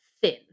thin